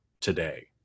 today